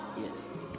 Yes